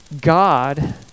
God